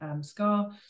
scar